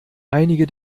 einige